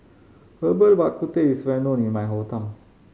Herbal Bak Ku Teh is well known in my hometown